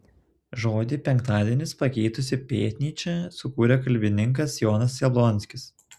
žodį penktadienis pakeitusį pėtnyčią sukūrė kalbininkas jonas jablonskis